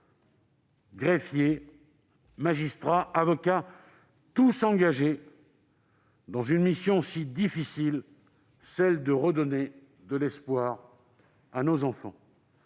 greffiers, magistrats, avocats : tous sont engagés dans la mission si difficile de redonner de l'espoir à nos enfants.